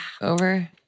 over